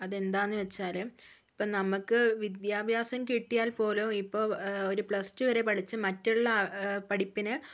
അതെന്താണെന്ന് വച്ചാൽ ഇപ്പോൾ നമുക്ക് വിദ്യാഭ്യാസം കിട്ടിയാൽ പോലും ഇപ്പോൾ ഒരു പ്ലസ്റ്റു വരെ പഠിച്ച മറ്റുള്ള പഠിപ്പിന്